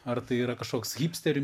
ar tai yra kažkoks hipsterių